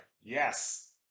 Yes